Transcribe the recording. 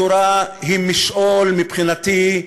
התורה היא משעול מבחינתי,